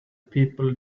people